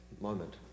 moment